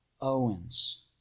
Owens